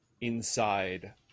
inside